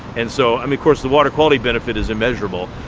and so um of course, the water quality benefit is immeasurable,